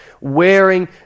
wearing